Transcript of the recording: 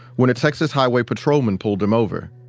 when a texas highway patrolman pulled him over.